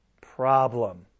problem